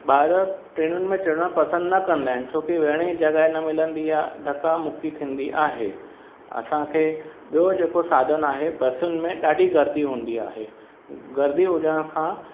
ॿार ट्रेनुनि में चड़नि पसंदि न कंदा आहिनि छोकी वेहण जी जॻहि न मिलंदी आहे धकामुकी थींदी आहे असांखे ॿियो जेके साधन आहे बसुनि में ॾाढी गर्दी हूंदी आहे गर्दी हुजनि खां